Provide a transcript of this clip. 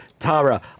Tara